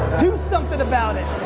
do something about it.